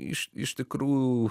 iš iš tikrųjų